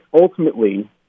ultimately